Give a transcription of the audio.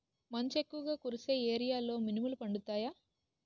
మంచు ఎక్కువుగా కురిసే ఏరియాలో మినుములు పండుతాయా?